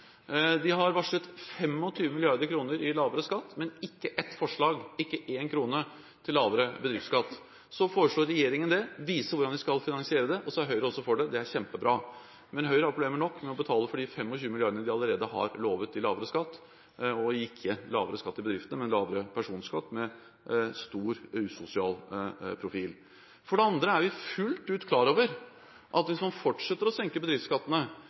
De har varslet 25 mrd. kr i lavere skatt, men ikke ett forslag, ikke én krone, til lavere bedriftsskatt. Så foreslår regjeringen det, vi viser hvordan vi skal finansiere det, og så er også Høyre for det. Det er kjempebra, men Høyre har problemer nok med å betale for de 25 milliardene de allerede har lovet i lavere skatt – ikke lavere skatt til bedriftene, men lavere personskatt med stor usosial profil. For det andre er vi fullt ut klar over at hvis man fortsetter å senke bedriftsskattene,